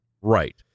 right